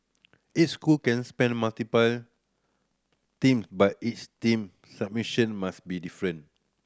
each school can spend multiple team but each team submission must be different